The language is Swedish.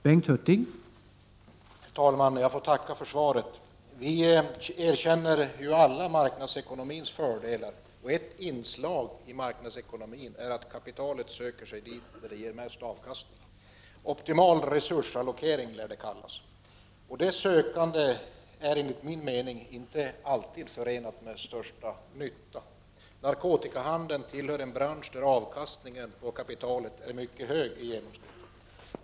Herr talman! Jag får tacka för svaret. Vi erkänner ju alla marknadsekonomins fördelar. Ett inslag i marknadsekonomin är att kapitalet söker sig dit där det ges mest avkastning. Det lär kallas för optimal resursallokering. Detta sökande är enligt min mening inte alltid förenat med den största nyttan. Narkotikahandeln tillhör de branscher där avkastningen på kapitalet i genomsnitt är mycket hög.